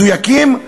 מדויקים,